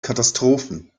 katastrophen